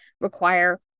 require